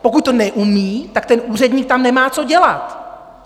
Pokud to neumí, tak ten úředník tam nemá co dělat!